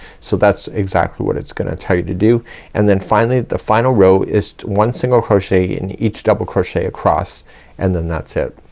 so that's exactly what it's gonna tell you to do and then finally, the final row is one single crochet in each double crochet across and then that's it.